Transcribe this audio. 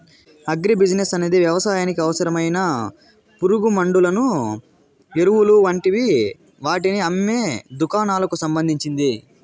agri business అనేది వ్యవసాయానికి అవసరమైన పురుగుమండులను, ఎరువులు వంటి వాటిని అమ్మే దుకాణాలకు సంబంధించింది